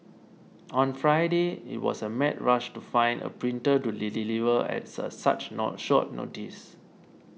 on Friday it was a mad rush to find a printer to the deliver as a such not short notice